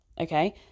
okay